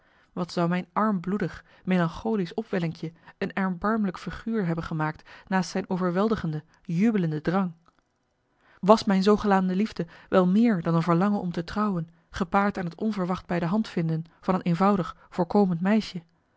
wat zou mijn armbloedig melancholisch opwellinkje een erbarmlijk figuur hebben gemaakt naast zijn overweldigende jubelende drang marcellus emants een nagelaten bekentenis was mijn zoogenaamde liefde wel meer dan een verlangen om te trouwen gepaard aan het onverwacht bij de hand vinden van een eenvoudig voorkomend meisje